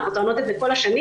אנחנו טוענות את זה כל השנים.